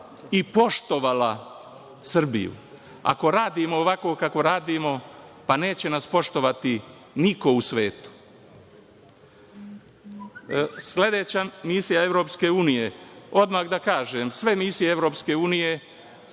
i poštovala Srbiju? Ako radimo ovako kako radimo, pa, neće nas poštovati niko u svetu. Sledeća misija EU, odmah da kažem, sve misije EU, stav SRS je